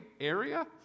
area